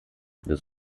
des